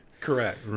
Correct